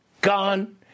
Gone